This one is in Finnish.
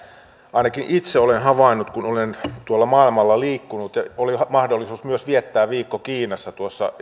ainakin itse olen havainnut kun olen tuolla maailmalla liikkunut ja oli mahdollisuus viettää viikko myös kiinassa